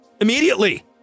immediately